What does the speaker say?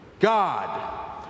God